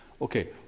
Okay